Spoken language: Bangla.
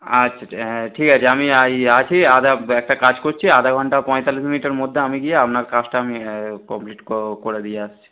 আচ্ছা হ্যাঁ ঠিক আছে আমি এই আছি আধা একটা কাজ করছি আধা ঘন্টা পঁয়তাল্লিশ মিনিটের মধ্যে আমি গিয়ে আপনার কাজটা আমি এ কমপ্লিট ক করে দিয়ে আসছি